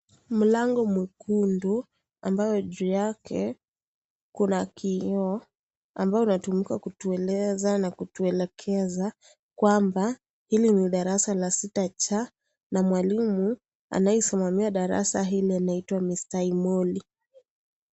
Mlango mwekundu ambao juu yake kuna kioo ambao unatumika kutueleza na kutuelekeza kwamba hili ni darasa la sita ch na mwalimu anayesimamia darasa hili anaitwa Mr Imoli.